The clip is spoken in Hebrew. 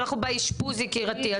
אנחנו באשפוז יקירתי,